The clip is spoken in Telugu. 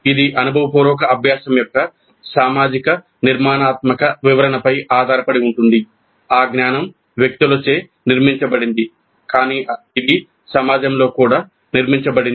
ఇది అనుభవపూర్వక అభ్యాసం యొక్క సామాజిక నిర్మాణాత్మక వివరణ పై ఆధారపడి ఉంటుంది ఆ జ్ఞానం వ్యక్తులచే నిర్మించబడింది కానీ ఇది సమాజంలో కూడా నిర్మించబడింది